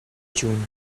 june